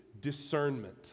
Discernment